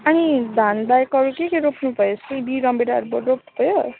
अनि धानबाहेक अरू के के रोप्नुभयो सिबी रमभेडाहरू बो रोप्नु भयो